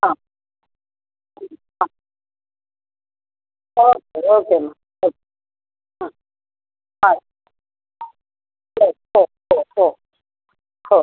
ആ ശരി ആ ഓക്കെ ഓക്കെ എന്നാൽ ആ ആ ആ ഓ ഓ ഓ ഓ ഓ